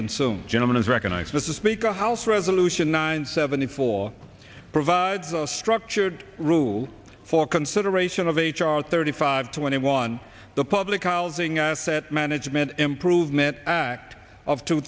consume gentleman is recognized as the speaker of house resolution nine seventy four provides a structured rule for consideration of h r thirty five twenty one the public outing asset management improvement act of two